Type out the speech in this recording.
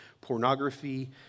pornography